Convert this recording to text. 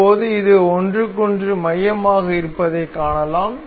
இப்போது இது ஒன்றுக்கொன்று மையமாக இருப்பதைக் காணலாம்